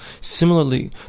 similarly